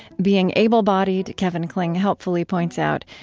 being able-bodied, kevin kling helpfully points out,